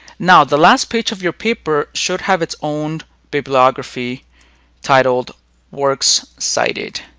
now, the last page of your paper should have its own bibliography titled works cited,